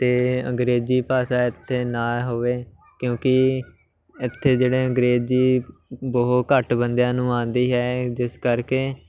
ਅਤੇ ਅੰਗਰੇਜ਼ੀ ਭਾਸ਼ਾ ਇੱਥੇ ਨਾ ਹੋਵੇ ਕਿਉਂਕਿ ਇੱਥੇ ਜਿਹੜੇ ਅੰਗਰੇਜ਼ੀ ਬਹੁਤ ਘੱਟ ਬੰਦਿਆਂ ਨੂੰ ਆਉਂਦੀ ਹੈ ਜਿਸ ਕਰਕੇ